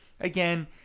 again